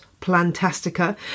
plantastica